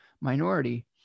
minority